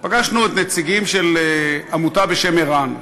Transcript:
פגשנו נציגים של עמותה בשם ער"ן,